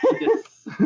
Yes